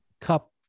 cup